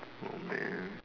oh man